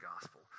gospel